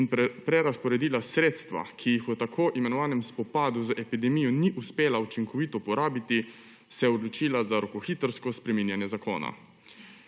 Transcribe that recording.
in prerazporedila sredstva, ki jih v tako imenovanem spopadu z epidemijo ni uspela učinkovito porabiti, se je odločila za rokohitrsko spreminjanje zakona.